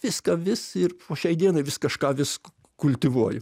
viską vis ir po šiai dienai vis kažką vis kultivuoju